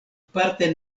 parte